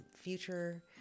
future